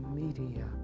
media